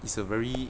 is a very